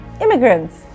immigrants